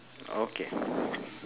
okay